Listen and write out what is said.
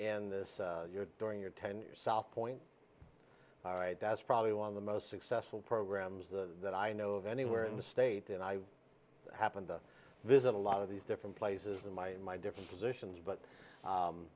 and this year during your tenure south point all right that's probably one of the most successful programs the that i know of anywhere in the state and i happened to visit a lot of these different places in my in my different positions but